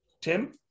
tim